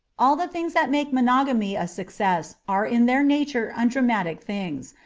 all the things that make monogamy a success are in their nature undramatic things,